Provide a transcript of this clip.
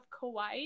Kauai